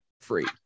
free